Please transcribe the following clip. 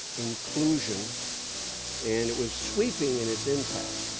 inclusion and it was sweeping in its impact.